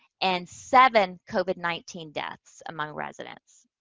and seven covid nineteen deaths among residents.